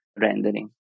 rendering